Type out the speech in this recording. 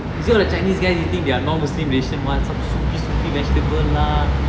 you see all the chinese guys eating their non muslim ration what some soupy soupy vegetable lah